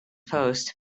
post